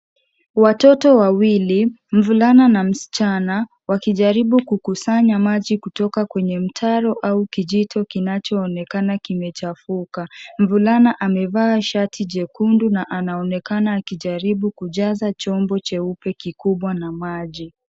Watoto wawili, mvulana na mschana, wakijaribu kukusanya maji kutoka kwenye mtaro au kijito kinacho onekana kimechafuka, mvulana amevaa shati jekundu, na anaonekana akijaribu kujaza chombo cheupe kikubwa na maji.